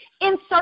insert